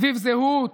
סביב זהות,